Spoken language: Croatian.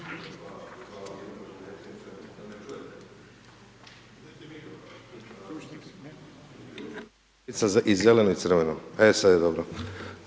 Hvala